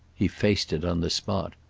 he faced it on the spot.